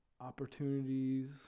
opportunities